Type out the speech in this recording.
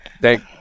thank